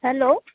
hello